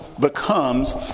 becomes